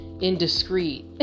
indiscreet